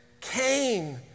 Cain